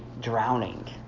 drowning